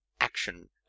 action